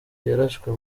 yarashwe